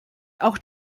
auch